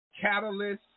catalyst